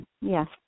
yes